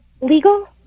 legal